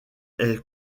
est